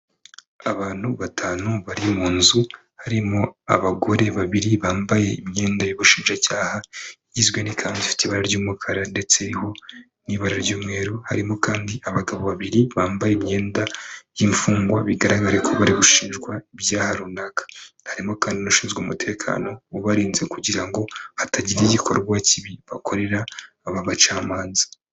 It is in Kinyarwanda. Abantu batanu bari mu nzu, harimo abagore babiri bambaye imyenda y'ubushinjacyaha, igizwe n'ikanzu ifite ibara ry'umukara ndetse iriho n'ibara ry'umweru, harimo kandi abagabo babiri bambaye imyenda y'imfungwa, bigaragare ko bari gushinjwa ibyaha runaka. Harimo kandi n'ushinzwe umutekano ubarinze kugira ngo hatagira igikorwa kibi bakorera aba bacamanza.